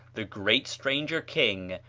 the great stranger king,